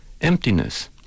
emptiness